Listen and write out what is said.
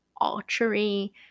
archery